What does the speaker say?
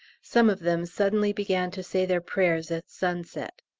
some of them suddenly began to say their prayers at sunset.